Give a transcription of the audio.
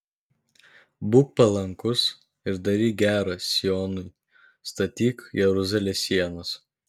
būk palankus ir daryk gera sionui statyk jeruzalės sienas